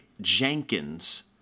Jenkins